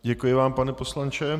Děkuji vám, pane poslanče.